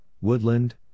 Woodland